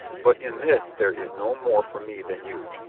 but in this there is no more for me than you.